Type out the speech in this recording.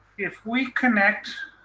if we connect